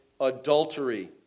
adultery